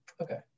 Okay